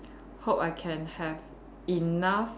hope I can have enough